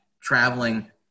traveling